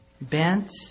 Bent